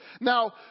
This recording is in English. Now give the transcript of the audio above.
Now